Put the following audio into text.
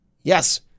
Yes